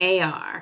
AR